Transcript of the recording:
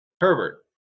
herbert